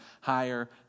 higher